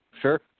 Sure